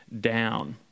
down